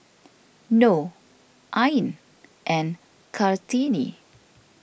Noh Ain and Kartini